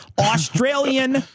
Australian